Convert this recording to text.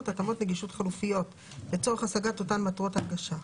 התאמות נגישות חלופיות לצורך השגת אותן מטרות הנגשה.